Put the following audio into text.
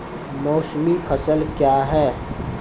मौसमी फसल क्या हैं?